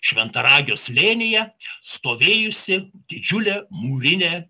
šventaragio slėnyje stovėjusi didžiulė mūrinė